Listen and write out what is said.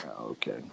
Okay